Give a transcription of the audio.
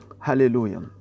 hallelujah